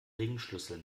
ringschlüssel